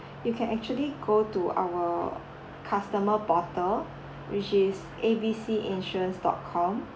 you can actually go to our customer portal which is A B C insurance dot com